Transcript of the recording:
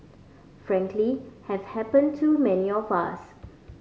frankly have happen to many of us